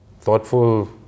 thoughtful